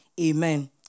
Amen